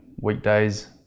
weekdays